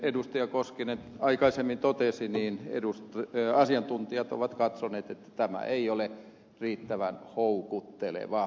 jari koskinen aikaisemmin totesi asiantuntijat ovat katsoneet että tämä ei ole riittävän houkutteleva